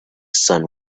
sun